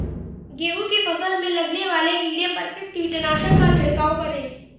गेहूँ की फसल में लगने वाले कीड़े पर किस कीटनाशक का छिड़काव करें?